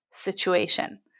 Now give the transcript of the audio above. situation